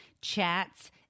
chats